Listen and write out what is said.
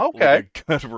okay